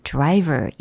Driver